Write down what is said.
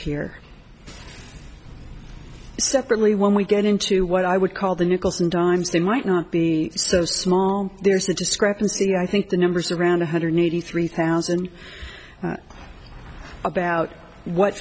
here separately when we get into what i would call the nickels and dimes they might not be so small there's a discrepancy i think the numbers around one hundred eighty three thousand about what